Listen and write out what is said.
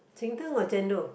Cheng-Teng or Chendol